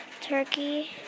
turkey